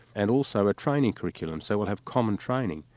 and also a training curriculum, so we'd have common training.